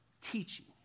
teaching